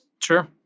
Sure